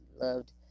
loved